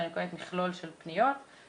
שבו אני מקבלת מכלול של פניות ואני